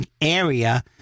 area